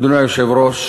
אדוני היושב-ראש,